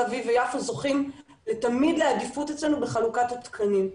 אביב ויפו זוכים תמיד לעדיפות אצלנו בחלוקת התקנים.